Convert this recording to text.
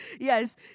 Yes